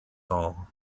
all